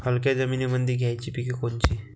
हलक्या जमीनीमंदी घ्यायची पिके कोनची?